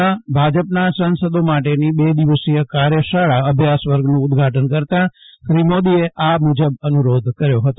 દિલ્ફીમાં ભાજપના સાંસદો માટેની બે દિવસીય કાર્યશાળા અભ્યાસવર્ગનું ઉદ્દગાટન કરતા શ્રી મોદીએ આ મુજબ અનુરોધ કર્યો ફતો